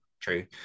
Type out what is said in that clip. true